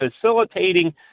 facilitating